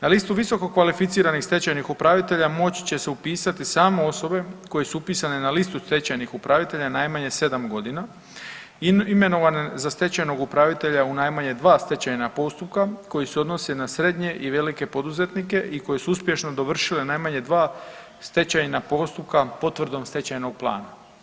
Na listu visokokvalificiranih stečajnih upravitelja moći će se upisati samo osobe koje su upisane na listu stečajnih upravitelja najmanje 7 godina i imenovani za stečajnog upravitelja u najmanje 2 stečajna postupka koji se odnose na srednje i velike poduzetnike i koji su uspješno dovršili najmanje 2 stečajna postupka potvrdom stečajnog plana.